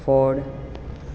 ford